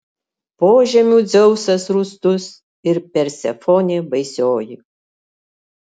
požemių dzeusas rūstus ir persefonė baisioji